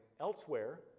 elsewhere